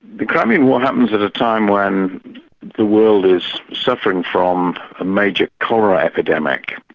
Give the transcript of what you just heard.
the crimean war happens at a time when the world is suffering from a major cholera epidemic,